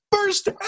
first